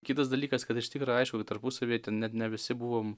kitas dalykas kad iš tikro aišku kad tarpusavyje ten net ne visi buvom